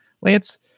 Lance